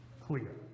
clear